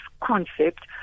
concept